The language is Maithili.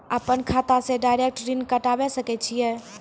अपन खाता से डायरेक्ट ऋण कटबे सके छियै?